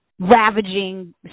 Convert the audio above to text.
ravaging